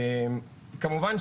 כמובן,